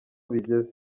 bigeze